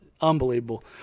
Unbelievable